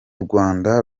rwanda